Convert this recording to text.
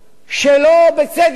שלא בצדק?